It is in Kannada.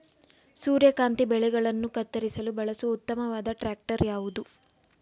ಸೂರ್ಯಕಾಂತಿ ಬೆಳೆಗಳನ್ನು ಕತ್ತರಿಸಲು ಬಳಸುವ ಉತ್ತಮವಾದ ಟ್ರಾಕ್ಟರ್ ಯಾವುದು?